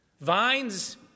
Vines